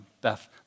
Beth